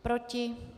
Proti?